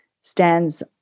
stands